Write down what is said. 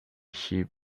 sheep